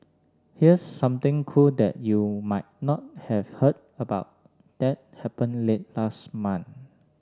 here's something cool that you might not have heard about that happened late last month